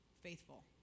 faithful